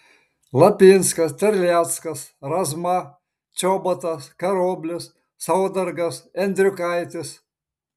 lapinskas terleckas razma čobotas karoblis saudargas endriukaitis